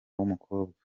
w’umukobwa